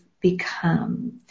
become